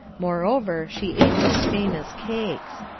moreover, she ate those famous cakes.